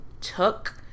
took